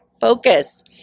Focus